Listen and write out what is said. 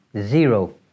zero